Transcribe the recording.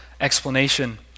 explanation